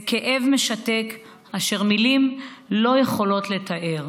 זה כאב משתק אשר מילים לא יכולות לתאר.